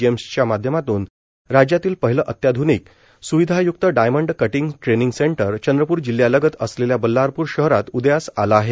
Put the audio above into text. जेम्सच्या माध्यमातून राज्यातील पहिले अत्याध्निक सुविधायुक्त diamond cutting training centre Chandrapur जिल्ह्यालगत असलेल्या बल्लारप्र शहरात उदयास आले आहेत